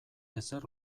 ezer